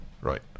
Right